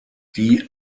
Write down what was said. die